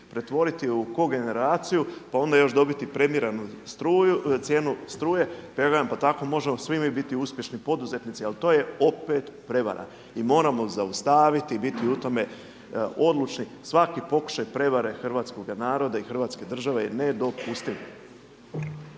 pretvoriti u kogeneraciju pa onda još dobiti premiranu cijenu struje. Pa tako možemo svi mi biti uspješni poduzetnici, ali to je opet prevara. I moramo zaustaviti, biti u tome odlučni. Svaki pokušaj prevare hrvatskoga naroda i Hrvatske države je nedopustiv.